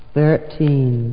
Thirteen